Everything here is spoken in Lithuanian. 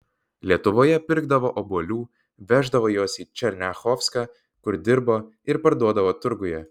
lietuvoje pirkdavo obuolių veždavo juos į černiachovską kur dirbo ir parduodavo turguje